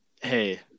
hey